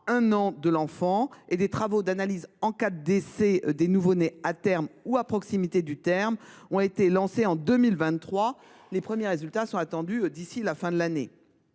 1 an de l’enfant, et des travaux d’analyse en cas de décès des nouveau nés à terme ou à proximité du terme ont été lancés en 2023. Les premiers résultats sont attendus d’ici à la fin de l’année.